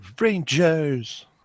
Rangers